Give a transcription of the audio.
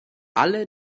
alle